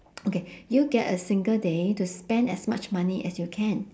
okay you get a single day to spend as much money as you can